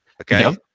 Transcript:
okay